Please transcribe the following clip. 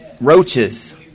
Roaches